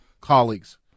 colleagues